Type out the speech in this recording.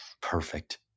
Perfect